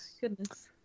Goodness